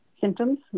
symptoms